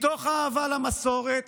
מתוך אהבה למסורת